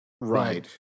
Right